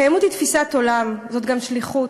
הקיימות היא תפיסת עולם, זאת גם שליחות.